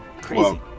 crazy